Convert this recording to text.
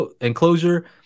enclosure